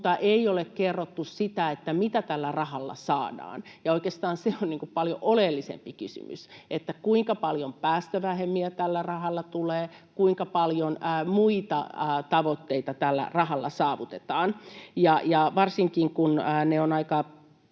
mutta ei ole kerrottu sitä, mitä tällä rahalla saadaan, vaikka oikeastaan on paljon oleellisempi kysymys, kuinka paljon päästövähennyksiä tällä rahalla tulee, kuinka paljon muita tavoitteita tällä rahalla saavutetaan. Siihen on